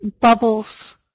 bubbles